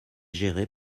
gérée